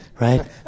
right